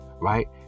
right